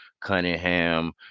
Cunningham